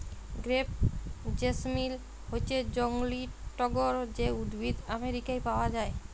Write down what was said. crepe jasmine হচ্যে জংলী টগর যে উদ্ভিদ আমেরিকায় পাওয়া যায়